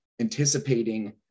anticipating